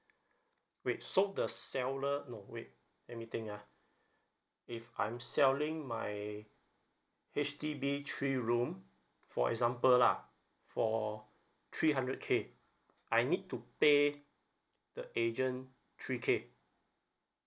wait so the seller no wait let me think ah if I'm selling my H_D_B three room for example lah for three hundred K I need to pay the agent three K